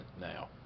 now